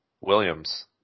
Williams